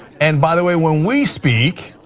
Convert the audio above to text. and by the way, when we speak,